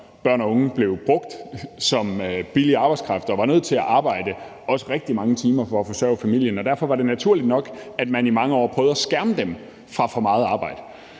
børn og unge blev brugt som billig arbejdskraft og var nødt til at arbejde rigtig mange timer for at forsørge familien. Derfor var det naturligt nok, at man i mange år prøvede at skærme dem fra for meget arbejde.